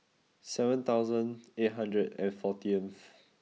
seven thousand eight hundred and fourteenth